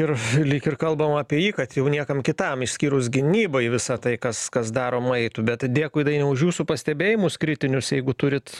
ir lyg ir kalbam apie jį kad jau niekam kitam išskyrus gynybai visą tai kas kas daroma eitų bet dėkui dainiau už jūsų pastebėjimus kritinius jeigu turit